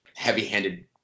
heavy-handed